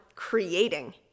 creating